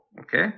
Okay